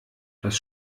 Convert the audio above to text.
das